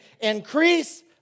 increase